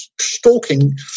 stalking